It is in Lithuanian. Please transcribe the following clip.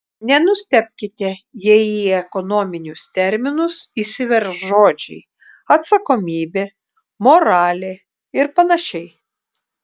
nenustebkite jei į ekonominius terminus įsiverš žodžiai atsakomybė moralė ir panašiai